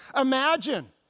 imagine